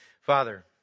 Father